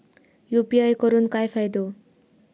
UPI करून काय फायदो?